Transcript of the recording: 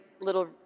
little